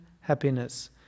happiness